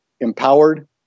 empowered